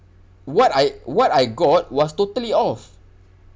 what I what I got was totally off